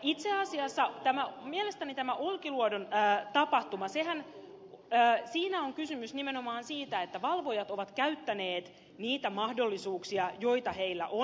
itse asiassa mielestäni tässä olkiluodon tapahtumassa on kysymys nimenomaan siitä että valvojat ovat käyttäneet niitä mahdollisuuksia joita heillä on